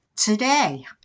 Today